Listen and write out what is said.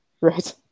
Right